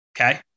Okay